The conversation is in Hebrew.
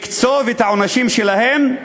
לקצוב את העונשים שלהם,